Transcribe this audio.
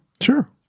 Sure